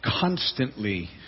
constantly